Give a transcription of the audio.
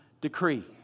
decree